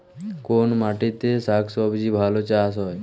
কোন মাটিতে শাকসবজী ভালো চাষ হয়?